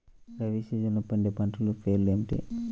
రబీ సీజన్లో పండే పంటల పేర్లు ఏమిటి?